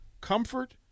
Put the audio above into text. comfort